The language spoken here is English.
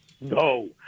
No